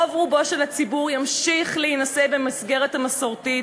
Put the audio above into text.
רוב רובו של הציבור ימשיך להינשא במסגרת המסורתית,